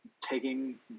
taking